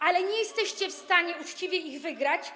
ale nie jesteście w stanie uczciwie ich wygrać.